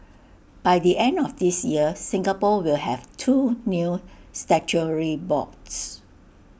by the end of this year Singapore will have two new statutory boards